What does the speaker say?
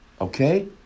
okay